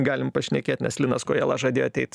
galim pašnekėt nes linas kojala žadėjo ateit